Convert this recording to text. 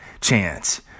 chance